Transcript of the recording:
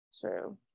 true